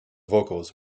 vocals